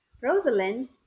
Rosalind